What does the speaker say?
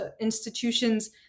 institutions